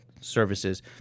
services